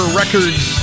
records